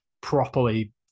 properly